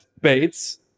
Bates